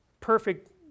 perfect